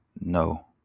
No